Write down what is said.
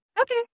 Okay